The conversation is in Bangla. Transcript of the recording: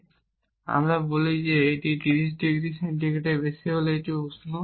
তাই আমরা বলি যে এটি 30 ডিগ্রি সেন্টিগ্রেডের বেশি হলে এটি উষ্ণ